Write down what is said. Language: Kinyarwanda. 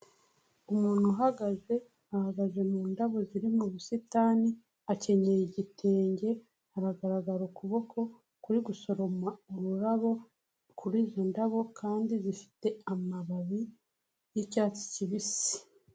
Umuntu uhagaze, ahagaze mu ndabo ziri mu busitani, akenyeye igitenge, haragaragara ukuboko kuri gusoroma ururabo, kuri izi ndabo kandi zifite amababi y'icyatsi kibisi.